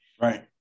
right